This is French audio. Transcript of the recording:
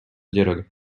dialogue